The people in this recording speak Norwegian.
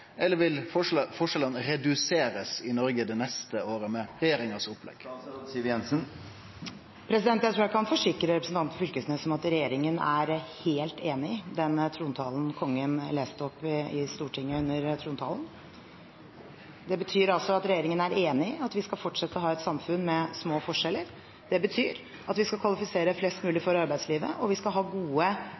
eller vil forskjellane bli reduserte i Noreg det neste året med regjeringas opplegg? Jeg tror jeg kan forsikre representanten Knag Fylkesnes om at regjeringen er helt enig i det kongen leste opp i Stortinget under trontalen. Det betyr at regjeringen er enig i at vi skal fortsette å ha et samfunn med små forskjeller. Det betyr at vi skal kvalifisere flest mulig for arbeidslivet, og at vi skal ha gode,